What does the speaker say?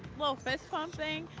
little fist pump thing.